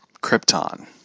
Krypton